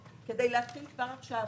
שצריך לתת לגננת בהתאם לתפקידה באופק חדש.